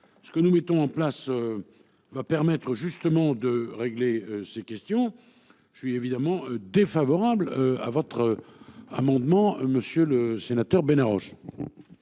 Ce que nous mettons en place. Va permettre justement de régler ces questions, je suis évidemment défavorable à votre. Amendement monsieur le sénateur, ben.